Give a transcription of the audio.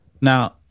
Now